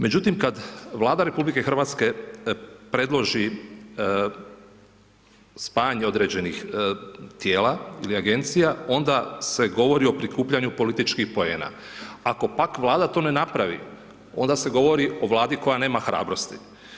Međutim, kad Vlada RH predloži spajanje određenih tijela ili Agencija, onda se govori o prikupljanju političkih poena, ako pak Vlada to ne napravi, onda se govori o Vladi koja nema hrabrosti.